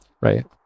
Right